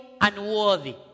unworthy